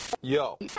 Yo